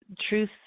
truth